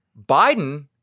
Biden